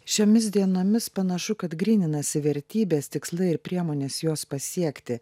šiomis dienomis panašu kad gryninasi vertybės tikslai ir priemonės juos pasiekti